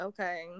Okay